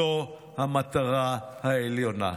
זו המטרה העליונה.